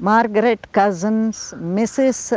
margaret cousins, mrs.